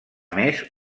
més